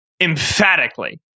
emphatically